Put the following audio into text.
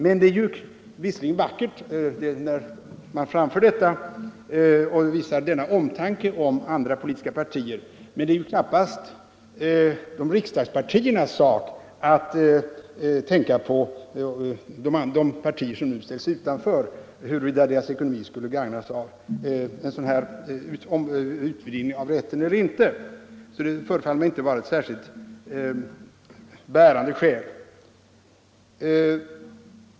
Det låter visserligen vackert när man framför detta argument och sålunda visar omtanke om andra politiska partiers ekonomi, men det är knappast riksdagspartiernas sak att i detta avseende tänka för de partier som nu ställs utanför, huruvida deras ekonomi skulle gagnas av utvidgning av rätten eller inte. Det förefaller därför inte vara ett särskilt bärande skäl.